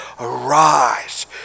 arise